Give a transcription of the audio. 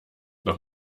noch